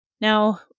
Now